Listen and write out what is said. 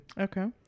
Okay